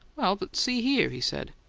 well, but see here, he said.